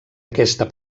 aquesta